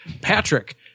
Patrick